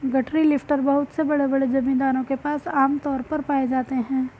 गठरी लिफ्टर बहुत से बड़े बड़े जमींदारों के पास आम तौर पर पाए जाते है